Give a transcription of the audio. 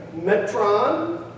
metron